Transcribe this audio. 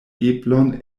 eblon